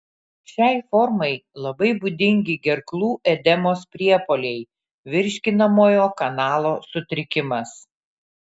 šiai formai labai būdingi gerklų edemos priepuoliai virškinamojo kanalo sutrikimas